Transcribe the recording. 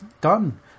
done